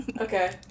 okay